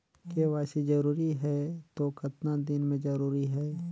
KYC जरूरी हे तो कतना दिन मे जरूरी है?